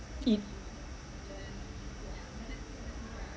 eat